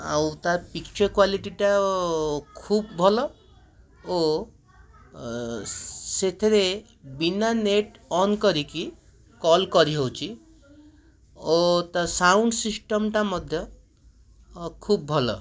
ଆଉ ତା ପିକ୍ଚର୍ କ୍ୱାଲିଟିଟା ଖୁବ୍ ଭଲ ଓ ସେଥିରେ ବିନା ନେଟ୍ ଅନ୍ କରିକି କଲ୍ କରି ହେଉଛି ଓ ତା ସାଉଣ୍ଡ୍ ସିଷ୍ଟମ୍ଟା ମଧ୍ୟ ଖୁବ୍ ଭଲ